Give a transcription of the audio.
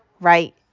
right